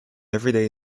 everyday